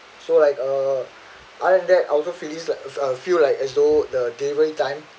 so like uh I have that outer feelings like uh feel like as though the delivery time